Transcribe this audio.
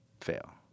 fail